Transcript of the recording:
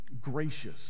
gracious